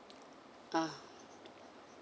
ah